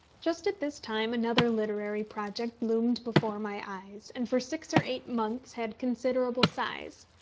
just at this time another literary project loomed before my eyes, and for six or eight months had considerable size.